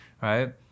right